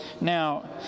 now